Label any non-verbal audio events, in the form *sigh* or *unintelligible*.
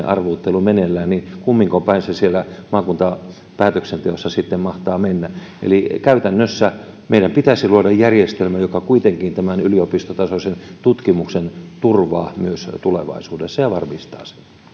*unintelligible* arvuuttelu meneillään niin kumminko päin se siellä maakuntapäätöksenteossa sitten mahtaa mennä eli käytännössä meidän pitäisi luoda järjestelmä joka kuitenkin tämän yliopistotasoisen tutkimuksen turvaa myös tulevaisuudessa ja varmistaa sen